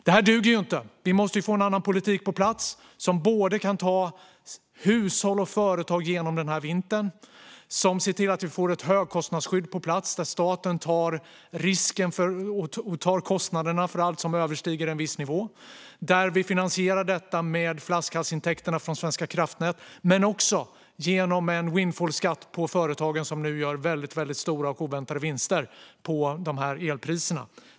Det här duger inte. Vi måste få en annan politik på plats som kan ta både hushåll och företag genom den här vintern, som ser till att vi får ett högkostnadsskydd där staten tar kostnaderna för allt som överstiger en viss nivå och där vi finansierar detta med flaskhalsintäkterna från Svenska kraftnät men också genom en windfallskatt på de företag som nu gör väldigt stora och oväntade vinster på elpriserna.